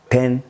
Ten